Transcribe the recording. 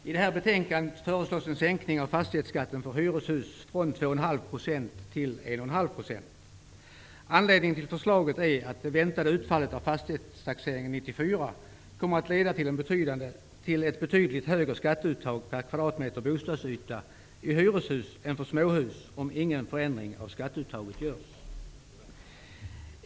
Herr talman! I det här betänkandet föreslås en sänkning av fastighetsskatten för hyreshus från kommer att leda till ett betydligt högre skatteuttag per kvadratmeter bostadsyta i hyreshus än för småhus, om ingen förändring av skatteuttaget görs.